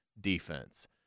defense